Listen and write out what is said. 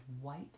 white